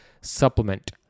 supplement